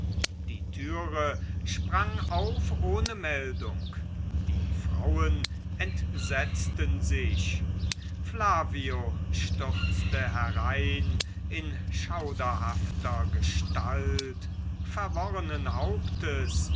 die türe sprang auf ohne meldung die frauen entsetzten sich flavio stürzte herein in schauderhafter gestalt verworrenen hauptes